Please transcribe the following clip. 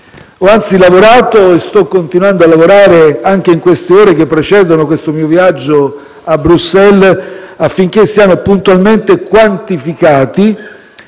Ho anzi lavorato e sto continuando a lavorare, anche in queste ore che precedono il mio viaggio a Bruxelles, affinché siano puntualmente quantificati,